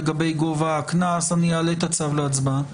לגבי גובה הקנס ואני אעלה את הצו להצבעה.